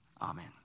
Amen